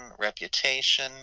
reputation